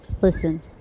Listen